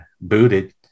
booted